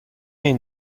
این